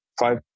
five